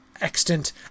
extant